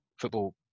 Football